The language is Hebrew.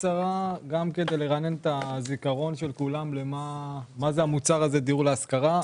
קצרה כדי לרענן את הזיכרון של כולם מה זה המוצר הזה של דיור להשכרה,